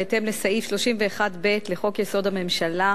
בהתאם לסעיף 31(ב) לחוק-יסוד: הממשלה,